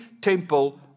temple